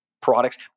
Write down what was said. products